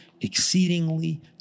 exceedingly